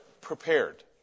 prepared